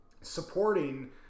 supporting